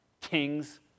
kings